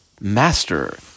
Master